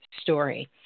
story